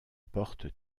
portent